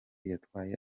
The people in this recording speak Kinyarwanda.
yatwaye